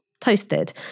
toasted